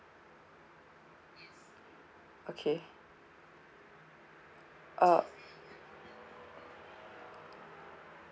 okay uh